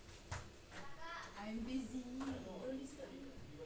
I'm busy